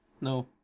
No